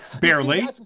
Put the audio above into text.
Barely